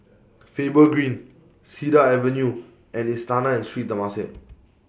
Faber Green Cedar Avenue and Istana and Sri Temasek